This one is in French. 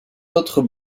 autres